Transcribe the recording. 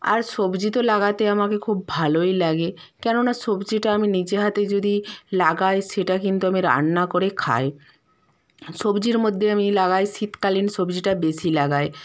আর সবজি তো লাগাতে আমাকে খুব ভালোই লাগে কেননা সবজিটা আমি নিজে হাতে যদি লাগাই সেটা কিন্তু আমি রান্না করে খাই সবজির মধ্যে আমি লাগাই শীতকালীন সবজিটা বেশি লাগাই